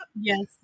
Yes